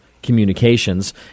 communications